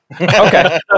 Okay